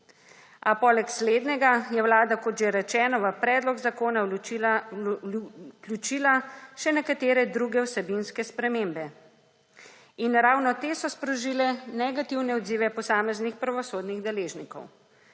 a poleg slednjega je Vlada, kot že rečeno, v predlog zakona vključila še nekatere druge vsebinske spremembe. In ravno te so sprožile negativne odzive posameznih pravosodnih deležnikov.